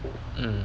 mm